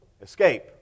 escape